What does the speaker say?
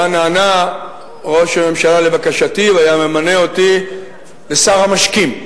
היה נענה ראש הממשלה לבקשתי והיה ממנה אותי לשר המשקים.